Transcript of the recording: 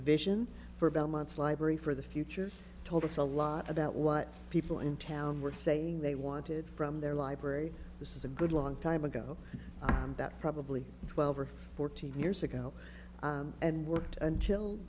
vision for belmont's library for the future told us a lot about what people in town were saying they wanted from their library this is a good long time ago that probably twelve or fourteen years ago and worked until